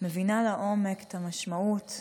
מבינה לעומק את המשמעות.